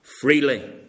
freely